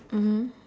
mmhmm